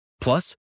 Plus